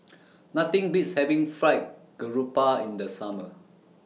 Nothing Beats having Fried Garoupa in The Summer